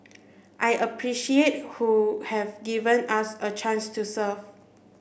I appreciate who have given us a chance to serve